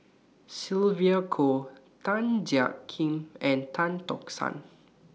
Sylvia Kho Tan Jiak Kim and Tan Tock San